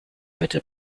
better